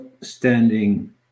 standing